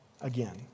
again